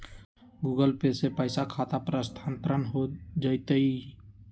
Google Pay से पईसा खाता पर स्थानानंतर हो जतई?